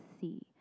see